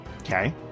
Okay